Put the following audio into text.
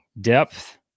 depth